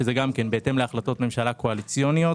שזה גם כן בהתאם להחלטות ממשלה קואליציוניות,